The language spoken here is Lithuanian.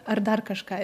ar dar kažką